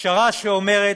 פשרה שאומרת: